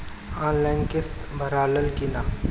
Online किस्त भराला कि ना?